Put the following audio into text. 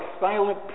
silent